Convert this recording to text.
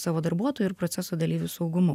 savo darbuotojų ir proceso dalyvių saugumu